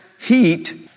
heat